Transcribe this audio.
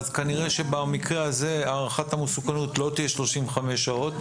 כנראה שבמקרה הזה הערכת המסוכנות לא תהיה 35 שעות,